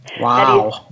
Wow